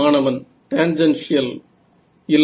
மாணவன் டான்ஜென்ஷியல் இல்லை